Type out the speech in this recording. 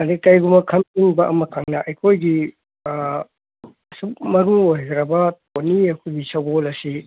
ꯑꯗꯩ ꯀꯔꯤꯒꯨꯝꯕ ꯈꯪꯅꯤꯡꯕ ꯑꯃꯈꯛꯅ ꯑꯩꯈꯣꯏꯒꯤ ꯑꯁꯨꯛ ꯃꯃꯤꯡ ꯑꯣꯏꯈ꯭ꯔꯕ ꯄꯣꯅꯤ ꯑꯩꯈꯣꯏꯒꯤ ꯁꯒꯣꯜ ꯑꯁꯤ